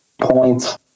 points